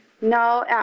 No